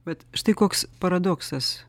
bet štai koks paradoksas